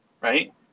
right